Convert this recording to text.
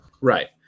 Right